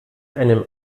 einem